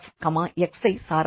F x ஐ சாராது